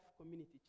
Community